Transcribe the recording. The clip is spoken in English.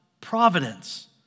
providence